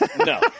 No